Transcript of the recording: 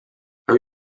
her